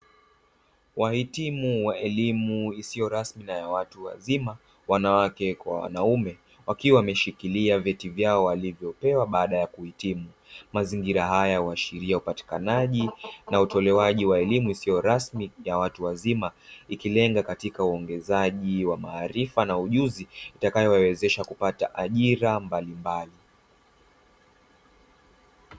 Wahitimu wa elimu isiyo rasmi na ya watu wazima wanawake kwa wanaume wakiwa wameshikiria vyeti vyao walivyopewa baada ya kuhitimu. Mazingira haya uashiria upatikanaji na utolewaji wa elimu isiyo rasmi ya watu wazima ikilenga katika uongezaji wa maarifa na ujuzi itakayo wawezesha kupata ajira mbalimbali.